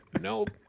Nope